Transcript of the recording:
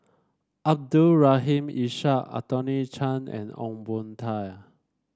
Abdul Rahim Ishak Anthony Chen and Ong Boon Tat